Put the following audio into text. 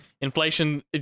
inflation